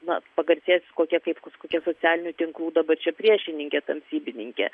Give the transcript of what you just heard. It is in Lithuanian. na pagarsėsiu kokia kaip kažkokia socialinių tinklų dabar čia priešininkė tamsybininkė